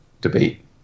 debate